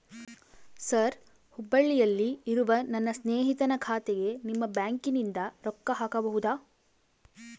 Sir ಹುಬ್ಬಳ್ಳಿಯಲ್ಲಿ ಇರುವ ನನ್ನ ಸ್ನೇಹಿತನ ಖಾತೆಗೆ ನಿಮ್ಮ ಬ್ಯಾಂಕಿನಿಂದ ರೊಕ್ಕ ಹಾಕಬಹುದಾ?